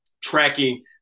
tracking